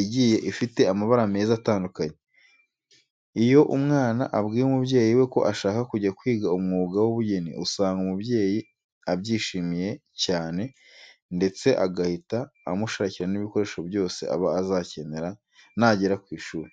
igiye ifite amabara meza atandukanye. Iyo umwana abwiye umubyeyi we ko ashaka kujya kwiga umwuga w'ubugeni, usanga umubyeyi abyishimiye cyane ndetse agahita amushakira n'ibikoresho byose aba azakenera nagera ku ishuri.